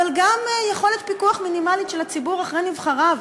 אבל גם יכולת פיקוח מינימלית של הציבור על נבחריו.